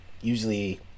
usually